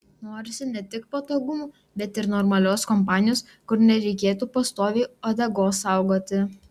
norisi ne tik patogumų bet ir normalios kompanijos kur nereikėtų pastoviai uodegos saugoti